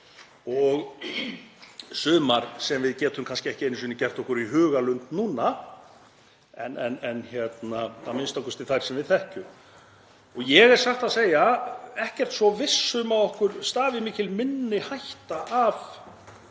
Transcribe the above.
og sumar sem við getum kannski ekki einu sinni gert okkur í hugarlund núna, en a.m.k. þær sem við þekkjum. Ég er satt að segja ekkert svo viss um að okkur stafi miklu minni hætta af